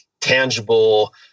tangible